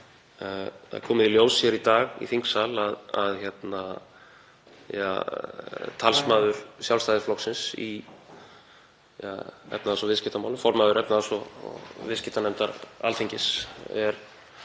komið í ljós hér í þingsal í dag að talsmaður Sjálfstæðisflokksins í efnahags- og viðskiptamálum, formaður efnahags- og viðskiptanefndar Alþingis, er